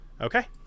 okay